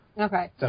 Okay